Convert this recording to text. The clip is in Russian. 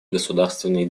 государственный